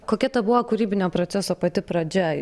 kokia ta buvo kūrybinio proceso pati pradžia